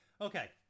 Okay